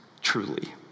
truly